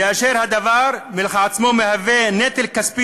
כאשר הדבר כשלעצמו מהווה נטל כספי